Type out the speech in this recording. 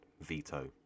veto